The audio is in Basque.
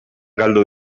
galdu